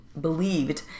believed